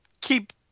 keep